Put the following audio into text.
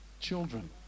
children